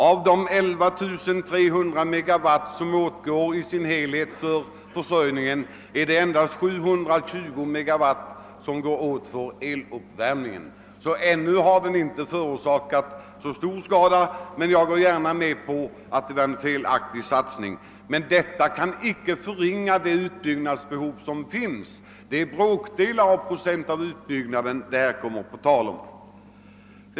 Av de 11300 megawatt som totalt åtgår för försörjningen är det endast 720 megawatt som åtgår för eluppvärmningen. Ännu har detta alltså inte förorsakat så stor skada, men jag går som sagt med på att det var en felaktig satsning. — Detta kan emellertid inte förringa det utbyggnadsbehov som finns. Det är bråkdelar av utbyggnaden som här kommer på tal.